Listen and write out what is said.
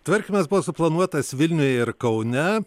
tvarkymas buvo suplanuotas vilniuj ir kaune